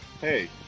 Hey